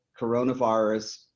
coronavirus